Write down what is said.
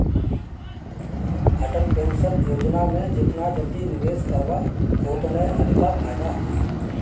Atal pension योजना में जेतना जल्दी निवेश करबअ ओतने अधिका फायदा होई